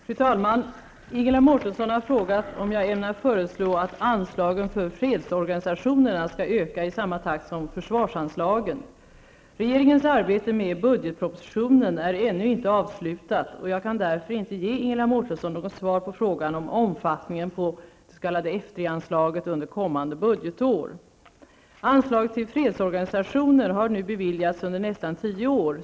Fru talman! Ingela Mårtensson har frågat om jag ämnar föreslå att anslagen för fredsorganisationerna skall öka i samma takt som försvarsanslagen. Regeringens arbete med budgetpropositionen är ännu inte avslutat, och jag kan därför inte ge Ingela Mårtensson något svar på frågan om omfattningen på F3-anslaget under kommande budgetår. Anslag till fredsorganisationer har nu beviljats under nästan tio år.